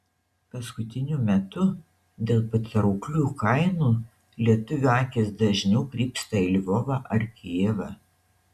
paskutiniu metu dėl patrauklių kainų lietuvių akys dažniau krypsta į lvovą ar kijevą